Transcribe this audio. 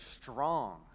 strong